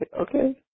okay